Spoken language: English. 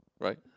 right